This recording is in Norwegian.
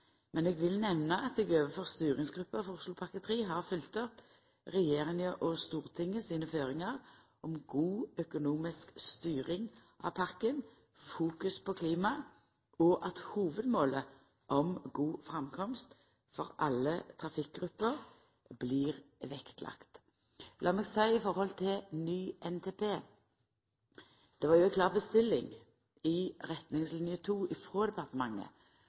men eg vil nemna at eg overfor styringsgruppa for Oslopakke 3 har følgt opp regjeringa og Stortinget sine føringar om god økonomisk styring av pakka, fokus på klima og at hovudmålet om god framkomst for alle trafikkgrupper blir vektlagt. I forhold til ny Nasjonal transportplan var det ei klar bestilling i retningsline 2 frå departementet